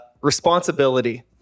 Responsibility